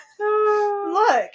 Look